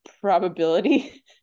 probability